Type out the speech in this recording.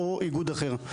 או איגוד אחר.